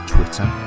Twitter